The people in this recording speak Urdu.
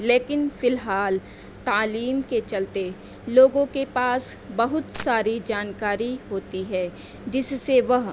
لیکن فی الحال تعلیم کے چلتے لوگوں کے پاس بہت ساری جانکاری ہوتی ہے جس سے وہ